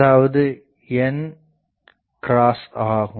அதாவது n ஆகும்